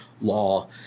law